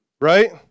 right